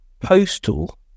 postal